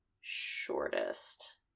shortest